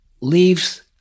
leaves